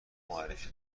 معرفی